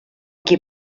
qui